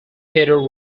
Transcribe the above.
peter